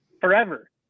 forever